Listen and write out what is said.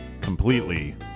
completely